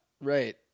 Right